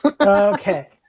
Okay